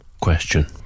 question